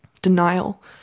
Denial